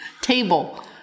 Table